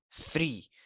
three